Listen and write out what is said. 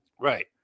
Right